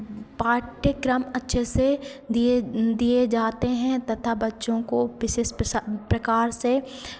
पाठ्यक्रम अच्छे से दिए दिए जाते हैं तथा बच्चों को विशेष प्रकार से